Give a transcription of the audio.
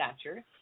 stature